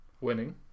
winning